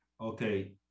Okay